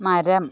മരം